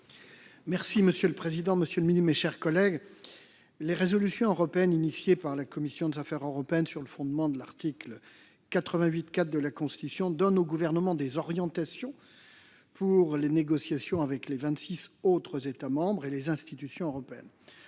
Monsieur le président, monsieur le ministre, mes chers collègues, les résolutions européennes dont la commission des affaires européennes est à l'initiative sur le fondement de l'article 88-4 de la Constitution donnent au Gouvernement des orientations pour les négociations avec les vingt-six autres États membres et les institutions européennes.